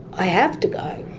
i have to go,